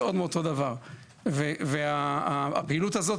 ברוכים הבאים,